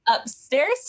upstairs